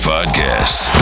Podcast